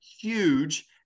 huge